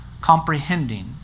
comprehending